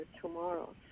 tomorrow